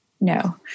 No